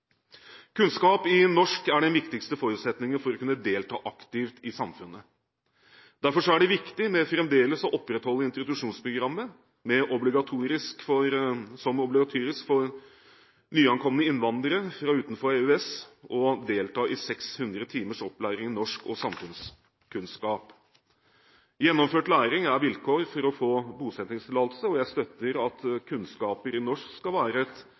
Kunnskap i norsk er den viktigste forutsetningen for å kunne delta aktivt i samfunnet. Derfor er det viktig fremdeles å opprettholde deltakelse i introduksjonsprogrammet – 600 timers opplæring i norsk og samfunnskunnskap – som obligatorisk for nyankomne innvandrere fra utenfor EØS. Gjennomført opplæring er vilkår for å få bosettingstillatelse. Jeg støtter også at kunnskaper i norsk skal være et